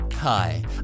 Hi